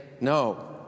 no